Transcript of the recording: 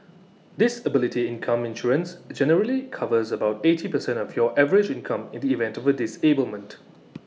disability income insurance generally covers about eighty percent of your average income in the event of A disablement